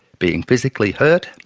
being physically hurt,